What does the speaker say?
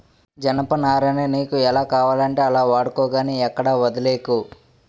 జనపనారని నీకు ఎలా కావాలంటే అలా వాడుకో గానీ ఎక్కడా వొదిలీకు